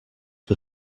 the